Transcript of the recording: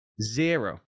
Zero